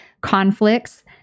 conflicts